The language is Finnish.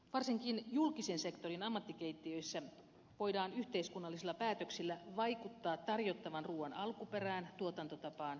varsinkin julkisen sektorin ammattikeittiöissä voidaan yhteiskunnallisilla päätöksillä vaikuttaa tarjottavan ruuan alkuperään tuotantotapaan ja laatuun